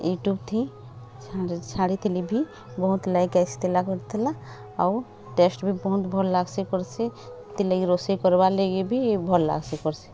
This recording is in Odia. ୟୁଟ୍ୟୁବ୍ ଥି ଛାଡ଼ିଥିଲି ଭି ବହୁତ ଲାଇକ୍ ଆସିଥିଲା କରିଥିଲା ଆଉ ଟେଷ୍ଟ ବି ବହୁତ ଭଲ୍ ଲାଗାସୀ କର୍ଶି ସେଥିଲାଗି ରୋଷେଇ କରବାର୍ ଲାଗି ବି ଭଲ୍ ଲାଗଶି କର୍ଶି